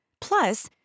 Plus